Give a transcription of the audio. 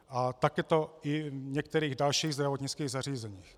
A tak je to i v některých dalších zdravotnických zařízeních.